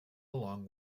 along